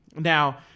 Now